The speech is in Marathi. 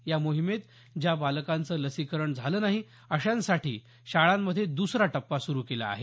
या मोहिमेत ज्या बालकांचं लसीकरण झालं नाही अशांसाठी शाळांमध्ये दुसरा टप्पा सुरू केला आहे